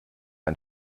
ein